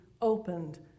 opened